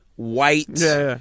white